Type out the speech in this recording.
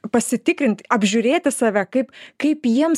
pasitikrint apžiūrėti save kaip kaip jiems